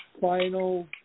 final